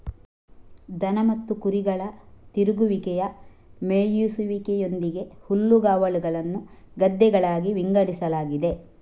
ದನ ಮತ್ತು ಕುರಿಗಳ ತಿರುಗುವಿಕೆಯ ಮೇಯಿಸುವಿಕೆಯೊಂದಿಗೆ ಹುಲ್ಲುಗಾವಲುಗಳನ್ನು ಗದ್ದೆಗಳಾಗಿ ವಿಂಗಡಿಸಲಾಗಿದೆ